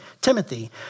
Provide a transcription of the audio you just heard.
Timothy